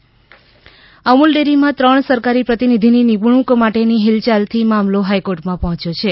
Amul dairy Amul ડેરીમાં ત્રણ સરકારી પ્રતિનિધિની નિમણૂંક માટેની હિલયાલથી મામલો હાઇકોર્ટમાં પહોંચ્યો છે